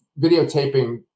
videotaping